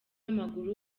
w’amaguru